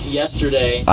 yesterday